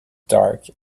dark